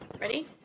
Ready